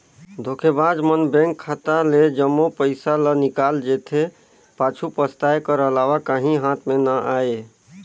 धोखेबाज मन बेंक खाता ले जम्मो पइसा ल निकाल जेथे, पाछू पसताए कर अलावा काहीं हाथ में ना आए